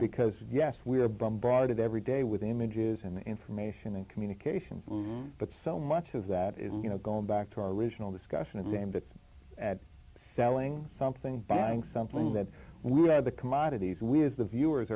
because yes we are bombarded every day with images and information and communications but so much of that is you know going back to our original discussion and sambit at selling something banning something that we have the commodities we as the viewers